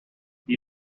you